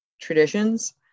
traditions